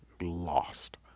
lost